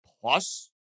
plus